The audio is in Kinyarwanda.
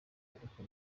ariko